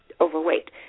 overweight